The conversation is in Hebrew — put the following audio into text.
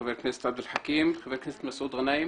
חבר הכנסת מסעוד גנאים.